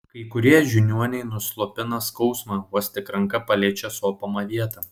kai kurie žiniuoniai nuslopina skausmą vos tik ranka paliečia sopamą vietą